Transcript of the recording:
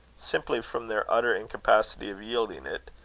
simply from their utter incapacity of yielding it,